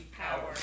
power